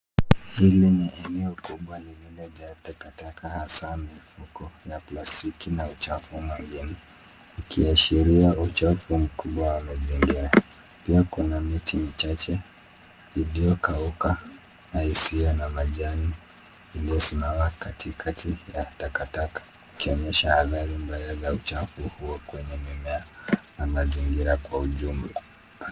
Hili ni eneo kubwa lililojaa takata hasa mifuko ya plastiki na uchafu mwingine, ikiashiria uchafu mkubwa wa mazingira, Pia kuna miti michache iliyokauka na isiyo na majani iliyosimama katikati ya takataka ikionyesha athari mbaya za uchafu huo kwenye mimea na mazingira kwa ujumla.